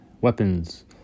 weapons